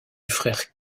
frère